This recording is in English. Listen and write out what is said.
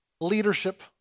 leadership